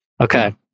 okay